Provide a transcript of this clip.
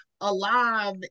alive